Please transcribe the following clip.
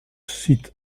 cite